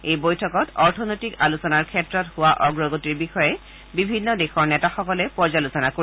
এই বৈঠকত অৰ্থনৈতিক আলোচনাৰ ক্ষেত্ৰত হোৱা অগ্ৰগতিৰ বিষয়ে বিভিন্ন দেশৰ নেতাসকলে পৰ্যালোচনা কৰিব